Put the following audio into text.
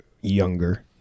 younger